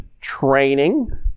training